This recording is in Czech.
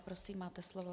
Prosím, máte slovo.